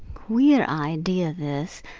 queer idea, this,